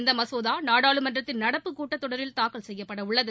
இந்த மசோதா நாடாளுமன்றத்தின் நடப்பு கூட்டத்தொடரில் தாக்கல் செய்யப்படவுள்ளது